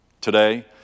Today